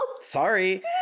Sorry